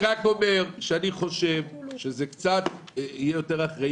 אני רק אומר שאני חושב שזה יהיה קצת יותר אחראי